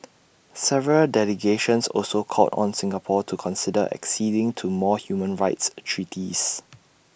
several delegations also called on Singapore to consider acceding to more human rights treaties